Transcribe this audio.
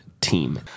team